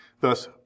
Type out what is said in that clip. thus